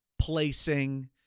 placing